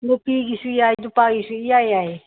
ꯅꯨꯄꯤꯒꯤꯁꯨ ꯌꯥꯏ ꯅꯨꯄꯥꯒꯤꯁꯨ ꯏꯌꯥ ꯌꯥꯏ